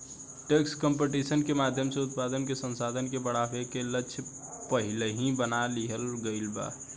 tax competition के माध्यम से उत्पादन के संसाधन के बढ़ावे के लक्ष्य पहिलही बना लिहल गइल बा